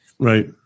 Right